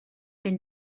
been